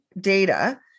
data